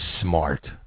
smart